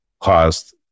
caused